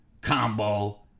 Combo